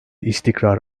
istikrar